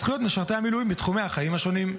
זכויות משרתי המילואים בתחומי החיים השונים.